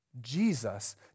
Jesus